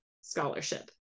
scholarship